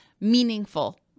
meaningful